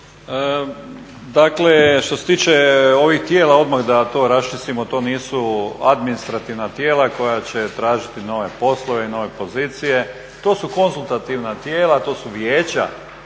Dakle, što se tiče ovih tijela odmah da to raščistimo. To nisu administrativna tijela koja će tražiti nove poslove i nove pozicije. To su konzultativna tijela, to su vijeća